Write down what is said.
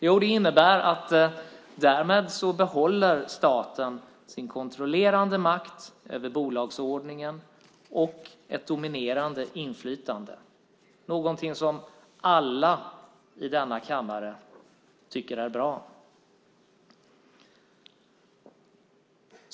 Jo, det innebär att staten därmed behåller sin kontrollerande makt över bolagsordningen och ett dominerande inflytande, något som alla i denna kammare tycker är bra.